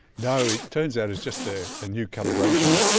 no, it turns out it's just a and new calibration.